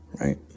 Right